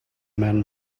men